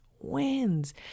wins